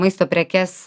maisto prekes